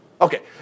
Okay